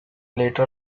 later